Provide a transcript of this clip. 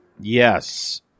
Yes